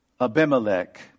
Abimelech